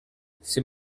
c’est